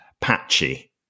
patchy